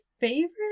favorite